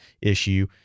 issue